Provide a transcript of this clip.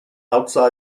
outside